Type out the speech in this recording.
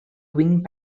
wing